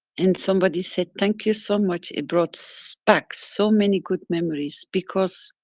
and somebody said thank you so much it brought so back so many good memories. because,